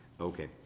Okay